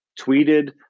tweeted